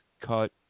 cut